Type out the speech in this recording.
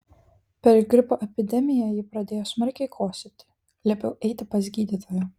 per gripo epidemiją ji pradėjo smarkiai kosėti liepiau eiti pas gydytoją